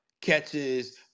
catches